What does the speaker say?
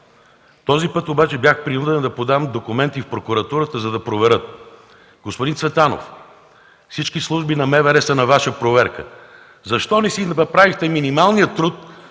Този път бях принуден да подам документи в прокуратурата, за да проверят. Господин Цветанов, всички служби в МВР са на Ваша проверка. Защо не си направихте минималния труд